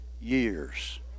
years